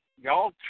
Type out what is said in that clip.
Y'all